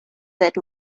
that